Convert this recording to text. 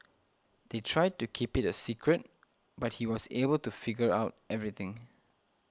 they tried to keep it a secret but he was able to figure out everything